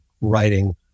writing